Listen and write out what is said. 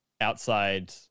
outside